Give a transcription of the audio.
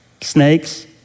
Snakes